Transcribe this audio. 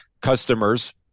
customers